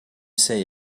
say